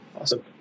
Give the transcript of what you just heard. Awesome